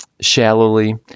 shallowly